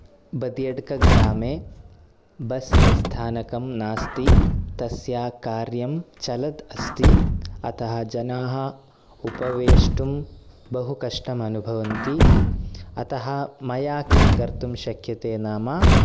बदियड्काग्रामे bus निस्थानकं नास्ति तस्या कार्यं चलत् अस्ति अतः जनाः उपवेष्टुं बहु कष्टम् अनुभवन्ति अतः मया किं कर्तुं शक्यते नाम